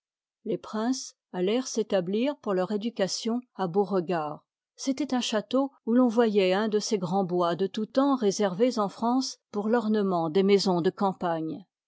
les princes allèrent s'établir pour leur éducation à beauregard c'étoit un château où l'on voyoit un de ces grands bois de tout arbores quœah antemps réservés en france pour l'ornement des maisons de campaejne